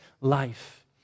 life